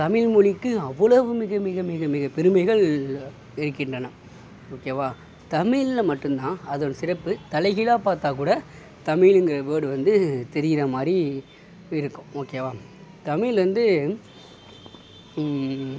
தமிழ் மொழிக்கு அவ்வளவு மிக மிக மிக பெருமைகள் இருக்கின்றனர் ஓகேவா தமிழில் மட்டும் தான் அதன் சிறப்பு தலைகீழா பார்த்தா கூட தமிழ்ங்குற வேர்டு வந்து தெரியுற மாதிரி இருக்கும் ஓகேவா தமிழ் வந்து